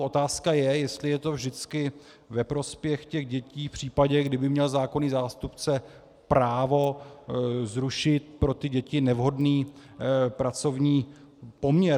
Otázka je, jestli je to vždycky ve prospěch dětí v případě, kdy by měl zákonný zástupce právo zrušit pro ty děti nevhodný pracovní poměr.